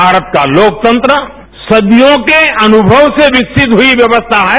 भारत का लोकतंत्र सदियों के अनुभव से विकसित हुई व्यवस्था है